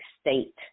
state